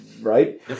right